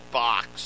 box